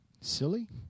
Silly